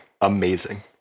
amazing